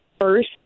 first